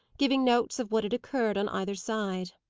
giving notes of what had occurred on either side.